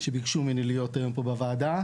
שביקשו ממני להיות היום פה בוועדה,